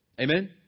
Amen